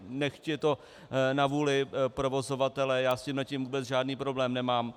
Nechť je to na vůli provozovatele, já s tím žádný problém nemám.